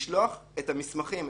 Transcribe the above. לשלוח את המסמכים,